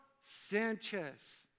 Sanchez